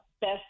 best